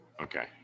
Okay